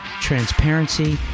transparency